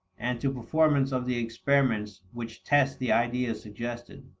and to performance of the experiments which test the ideas suggested.